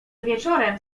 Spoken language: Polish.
wieczorem